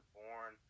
born